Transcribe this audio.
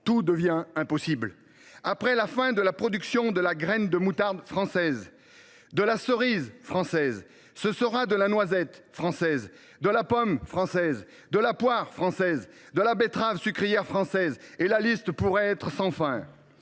tout devient impossible : après la fin de la production de la graine de moutarde française et de la cerise française, nous assisterons peut être à celle de la noisette française, de la pomme française, de la poire française, de la betterave sucrière française… Et la liste pourrait être sans fin